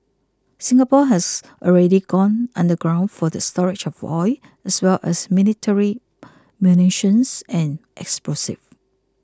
Singapore has already gone underground for the storage of oil as well as military munitions and explosives